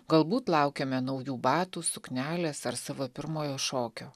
galbūt laukiame naujų batų suknelės ar savo pirmojo šokio